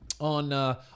on